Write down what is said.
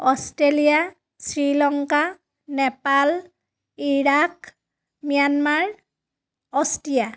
Australia Sri Lanka Nepal Iraq Myanmar Austria